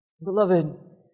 Beloved